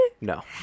No